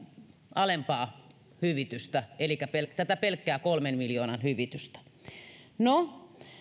alempaa hyvitystä elikkä tätä pelkkää kolmen miljoonan hyvitystä no